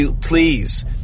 Please